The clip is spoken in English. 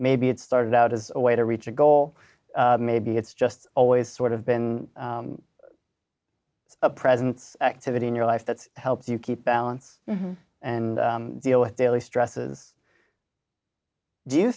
maybe it started out as a way to reach a goal maybe it's just always sort of been a presence activity in your life that helps you keep balance and deal with daily stresses do you